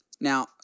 Now